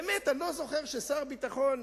באמת, אני לא זוכר ששר ביטחון,